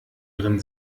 drin